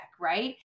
right